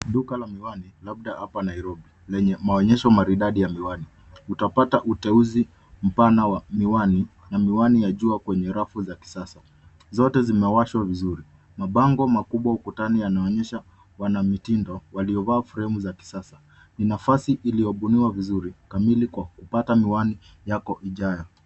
Duka la miwani, labda hapa Nairobi, lenye maonyesho maridadi ya miwani. Utapata uteuzi mpana wa miwani na miwani ya jua kwenye rafu za kisasa. Zote zimewashwa vizuri. Mabango makubwa ukutani yanaonyesha wanamitindo waliovaa fremu za kisasa. Ni nafasi iliyobuniwa vizuri, kamili kwa kupata miwani yako hijaya.